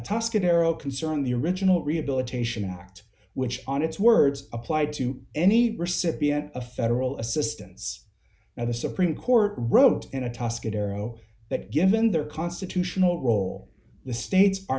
tuscan arrow concerning the original rehabilitation act which on its words applied to any recipient of federal assistance now the supreme court wrote in a tuscan aero that given their constitutional role the states are